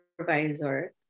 supervisor